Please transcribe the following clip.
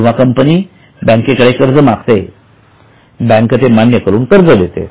जेव्हा कंपनी बँकेकडे कर्ज मागते मान्य करून कर्ज देते